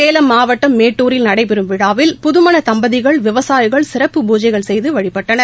சேலம் மாவட்டம் மேட்டுரில் நடைபெறும் விழாவில் புதுமணதம்பதிகள் விவசாயிகள் சிறப்பு பூஜைகள் செய்துவழிபட்டனர்